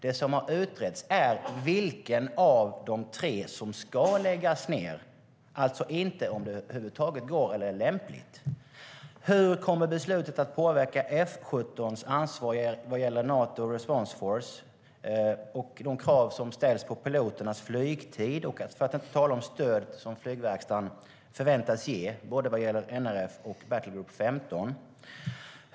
Det som har utretts är vilken av de tre som ska läggas ned - inte om det över huvud taget går eller är lämpligt. Hur kommer beslutet att påverka F 17:s ansvar när det gäller Nato Response Force och de krav som ställs på piloternas flygtid - för att inte tala om det stöd som flygverkstaden förväntas ge till både NRF och Battlegroup 15?